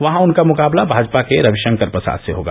वहां उनका मुकाबला भाजपा के रविषंकर प्रसाद से होगा